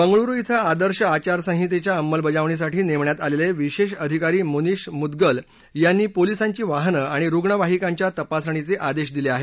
बंगळुरु ध्रि आदर्श आचारसंहितेच्या अंमलबजावणीसाठी नेमण्यात आलेले विशेष अधिकारी मुनिश मुदगल यांनी पोलिसांची वाहनं आणि रुग्णवाहिकांच्या तपासणीचे आदेश दिले आहेत